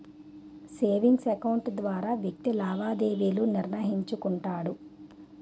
savings account ద్వారా వ్యక్తి లావాదేవీలు నిర్వహించుకుంటాడు